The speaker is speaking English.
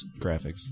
graphics